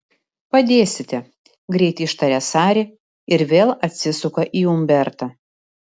padėsite greit ištaria sari ir vėl atsisuka į umbertą